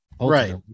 right